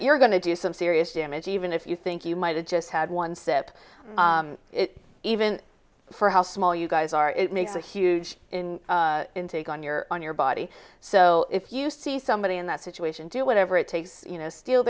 you're going to do some serious damage even if you think you might have just had one step even for how small you guys are it makes a huge intake on your on your body so if you see somebody in that situation do whatever it takes you know steal